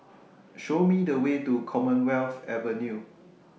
Show Me The Way to Commonwealth Avenue